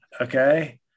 Okay